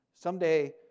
Someday